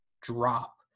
drop